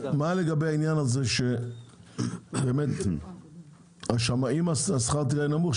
מה לגבי הטענה שאם שכר הטרחה נמוך,